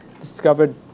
discovered